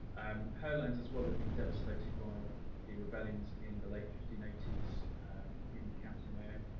um her land, as well, had been devastated by the rebellions in the late fifteen eighty s in county mayo.